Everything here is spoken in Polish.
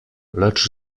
lecz